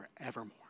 forevermore